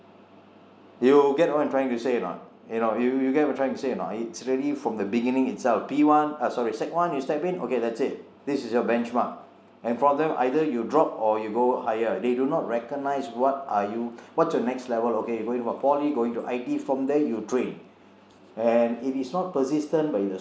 you get what I am trying to say or not you know you you get what I am trying to say or not it's really from the beginning itself p one uh sorry sec one you step in okay that's it this is your benchmark and from there either you drop or you go higher they do not recognize what are you what's your next level okay you going for poly going to I_T_E from there you train and it is not persistent by